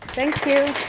thank you.